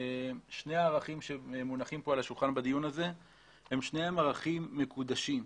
שני ערכים שמונחים בדיון הזה על השולחן הם שני ערכים מקודשים: